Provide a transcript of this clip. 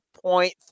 point